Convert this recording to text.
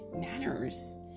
manners